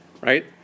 right